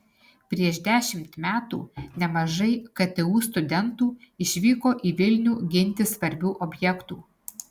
prieš dešimt metų nemažai ktu studentų išvyko į vilnių ginti svarbių objektų